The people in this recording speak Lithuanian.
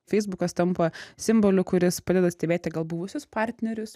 feisbukas tampa simboliu kuris padeda stebėti gal buvusius partnerius